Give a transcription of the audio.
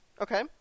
okay